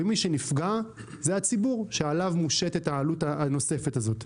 ומי שנפגע זה הציבור שעליו מושתת העלות הנוספת הזאת.